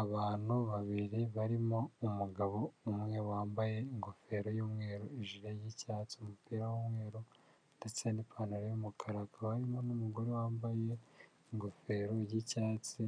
Abantu babiri barimo umugabo umwe wambaye ingofero y'umweru, ijire y'icyatsi, umupira w'umweru ndetse n'ipantaro y'umukara hakaba harimo n'umugore wambaye ingofero y'icyatsi,